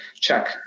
check